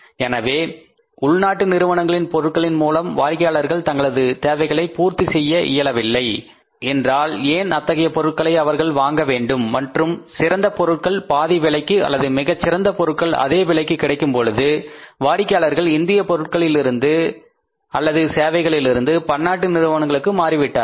ஏற்கனவே உள்ள நிறுவனங்களின் பொருட்களின் மூலம் வாடிக்கையாளர்கள் தங்களது தேவைகளை பூர்த்தி செய்ய இயலவில்லை என்றால் ஏன் அத்தகைய பொருட்களை அவர்கள் வாங்க வேண்டும் மற்றும் சிறந்த பொருட்கள் பாதி விலைக்கு அல்லது மிகச் சிறந்த பொருட்கள் அதே விலைக்கு கிடைக்கும் போது வாடிக்கையாளர்கள் இந்திய பொருட்களிலிருந்து அல்லது சேவைகளிலிருந்து பன்னாட்டு நிறுவனங்களுக்கு மாறிவிட்டார்கள்